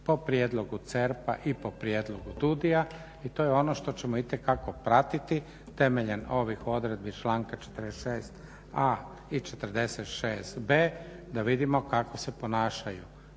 po prijedlogu CERP-a i po prijedlogu DUDI-ja i to je ono što ćemo itekako pratiti temeljem ovih odredbi članka 46.a i 46.b da vidimo kako se ponašaju,